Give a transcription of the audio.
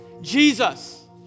Jesus